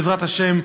בעזרת השם,